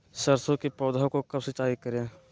सरसों की पौधा को कब सिंचाई करे?